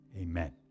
Amen